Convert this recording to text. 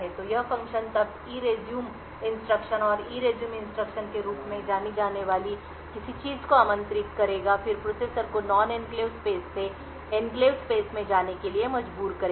तो यह फ़ंक्शन तब ERESUME इंस्ट्रक्शन और ERESUME इंस्ट्रक्शन के रूप में जानी जाने वाली किसी चीज़ को आमंत्रित करेगा फिर प्रोसेसर को नॉन एन्क्लेव स्पेस से एन्क्लेव स्पेस में जाने के लिए मजबूर करेगा